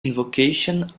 invocation